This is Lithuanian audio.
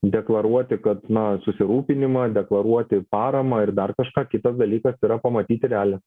deklaruoti kad na susirūpinimą deklaruoti paramą ir dar kažką kitas dalykas yra pamatyti realią situaciją